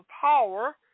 power